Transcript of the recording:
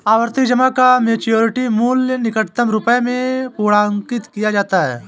आवर्ती जमा का मैच्योरिटी मूल्य निकटतम रुपये में पूर्णांकित किया जाता है